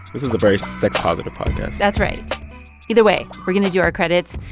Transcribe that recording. this is a very sex-positive podcast that's right either way, we're going to do our credits.